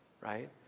right